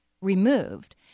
removed